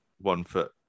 one-foot